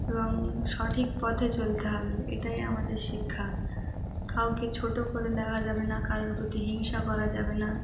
এবং সঠিক পথে চলতে হবে এটাই আমাদের শিক্ষা কাউকে ছোটো করে দেখা যাবে না কারোর প্রতি হিংসা করা যাবে না